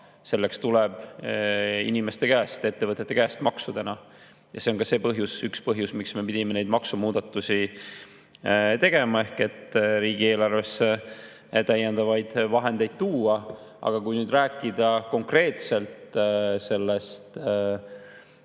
selleks tuleb inimeste käest, ettevõtete käest maksudena. See on ka üks põhjus, miks me pidime neid maksumuudatusi tegema: et riigieelarvesse täiendavaid vahendeid tuua. Aga kui rääkida konkreetselt enne